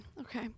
Okay